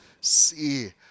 see